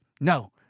No